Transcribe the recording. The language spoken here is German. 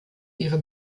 ihre